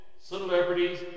celebrities